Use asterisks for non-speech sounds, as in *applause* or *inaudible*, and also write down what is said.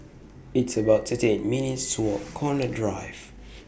It's about thirty eight *noise* minutes' to Walk Connaught Drive